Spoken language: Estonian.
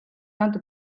antud